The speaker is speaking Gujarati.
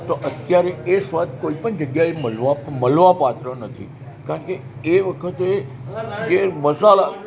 તો અત્યારે એ સ્વાદ કોઈ પણ જગ્યાએ મળવા મળવા પાત્ર નથી કારણ કે એ વખતે જે મસાલા